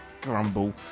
Grumble